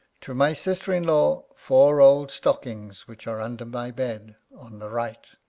to my sister-in-law, four old stockings which are under my bed, on the right.